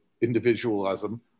individualism